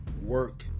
work